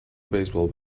baseball